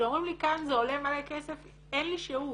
כשאומרים לי כאן זה עולה מלא כסף אין לי שהות.